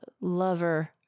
lover